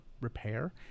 repair